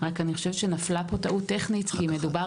רק אני חושבת שנפלה פה טעות טכנית כי מדובר